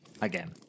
Again